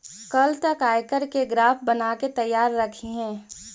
कल तक आयकर के ग्राफ बनाके तैयार रखिहें